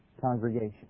congregation